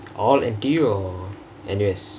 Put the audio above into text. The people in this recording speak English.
all N_T_U or N_U_S